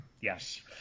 yes